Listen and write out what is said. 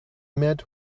met